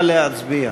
נא להצביע.